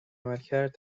عملکرد